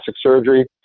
surgery